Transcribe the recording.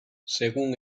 según